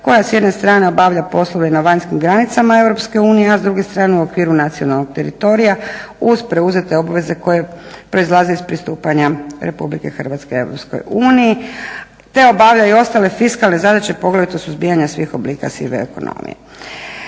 koja s jedne strane obavlja poslove na vanjskim granicama EU, a s druge strane u okviru nacionalnog teritorija uz preuzete obveze koje proizlaze iz pristupanja RH EU, te obavlja i ostale fiskalne zadaće poglavito suzbijanja svih oblika sive ekonomije.